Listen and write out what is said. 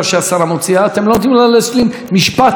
אתם לא נותנים לה להשלים משפט אחד שלם.